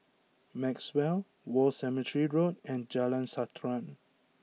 Maxwell War Cemetery Road and Jalan Srantan